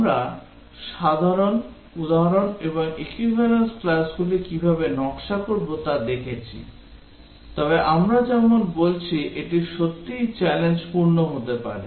আমরা সাধারণ উদাহরণ এবং equivalence classগুলি কীভাবে নকশা করব তা দেখেছি তবে আমরা যেমন বলছি এটি সত্যিই চ্যালেঞ্জপূর্ণ হতে পারে